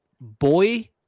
boy